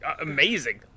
amazing